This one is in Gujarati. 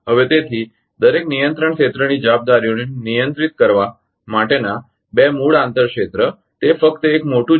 હવે તેથી દરેક નિયંત્રણ ક્ષેત્રની જવાબદારીઓને નિયંત્રિત કરવા માટેના બે મૂળ આંતર ક્ષેત્ર તે ફક્ત એક મોટૂં છે